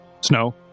Snow